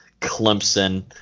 Clemson